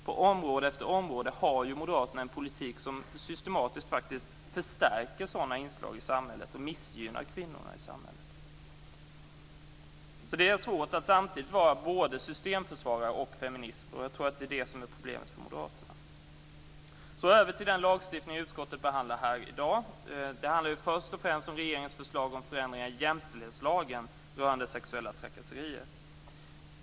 På område efter område för Moderaterna en politik som systematiskt förstärker sådana här inslag i samhället och missgynnar kvinnorna. Det är svårt att samtidigt vara både systemförsvarare och feminist. Jag tror att det är det som är problemet för Moderaterna. Jag övergår nu till att tala om den lagstiftning kammaren behandlar här i dag. Det handlar först och främst om regeringens förslag om förändringar i jämställdhetslagen rörande sexuella trakasserier.